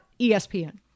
ESPN